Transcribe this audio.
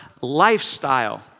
lifestyle